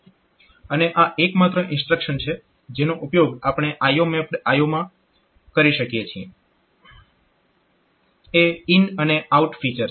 અને આ એક માત્ર ઇન્સ્ટ્રક્શન છે જેનો ઉપયોગ આપણે IO મેપ્ડ IO માં કરી શકીએ છીએ એ ઈન અને આઉટ ફીચર છે